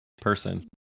person